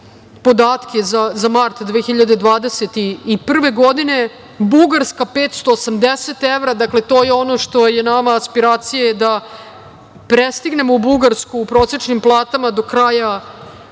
podatke za mart 2021. godine. Bugarska 580 evra, dakle to je ono što je nama aspiracija, da prestignemo Bugarsku u prosečnim platama do kraja